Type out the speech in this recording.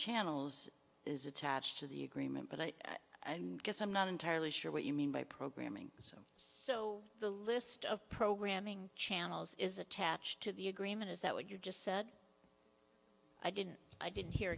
channels is attached to the agreement but i guess i'm not entirely sure what you mean by programming so so the list of programming channels is attached to the agreement is that what you just said i didn't i didn't hear